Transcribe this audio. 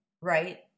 right